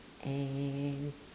and